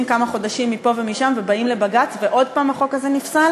כמה חודשים מפה ומשם ובאים לבג"ץ ועוד הפעם החוק הזה נפסל